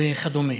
וכדומה.